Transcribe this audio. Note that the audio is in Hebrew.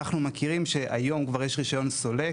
אנחנו מכירים שהיום כבר יש רישיון סולק,